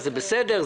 זה בסדר,